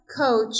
coach